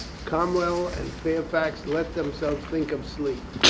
cromwell and fairfax let themselves think of sleep.